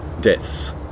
deaths